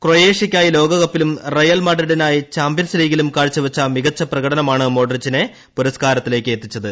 ക്രൊയേഷ്യയ്ക്കായി ലോകകപ്പിലും റയൽ മഡ്രിഡിനായി ചാംപ്യൻസ് ലീഗിലും മികച്ച പ്രകടനമാണ് മോഡ്രിച്ചിനെ പുരസ്കാരത്തിലെത്തിച്ചത്